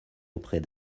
auprès